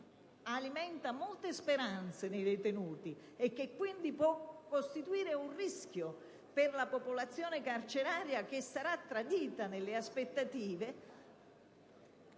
alimenta molte speranze nei detenuti e che può costituire un rischio di rivolta della popolazione carceraria, che sarà tradita nelle aspettative,